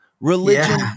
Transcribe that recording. religion